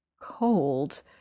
cold